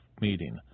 meeting